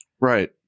right